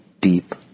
deep